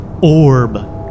orb